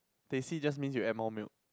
teh C just mean you add more milk